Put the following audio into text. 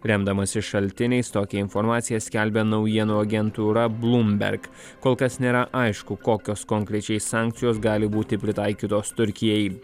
remdamasi šaltiniais tokią informaciją skelbia naujienų agentūra bloomberg kol kas nėra aišku kokios konkrečiai sankcijos gali būti pritaikytos turkijai